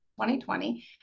2020